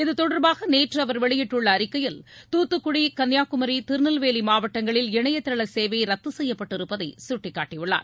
இதுதொடர்பாக நேற்று அவர் வெளியிட்டுள்ள அறிக்கையில் தூத்துக்குடி கன்னியாகுமரி திருநெல்வேலி மாவட்டங்களில் இணையதள சேவை ரத்து செய்யப்பட்டு இருப்பதை சுட்டிக்காட்டி உள்ளார்